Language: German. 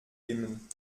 dimmen